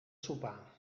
sopar